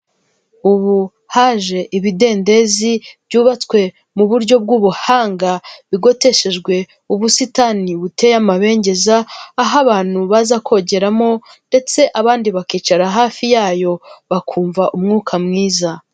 Ubu haje ibidendezi byubatswe muburyo bw'ubuhanga bigoteshejwe ubusitani buteye amabengeza, aho abantu baza kongeramo ndetse abandi bakicara hafi yayo bakumva umwuka mwiza.